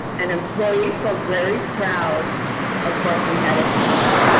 and employees were very proud of what we had achieved.